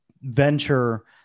venture